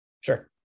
Sure